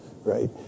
right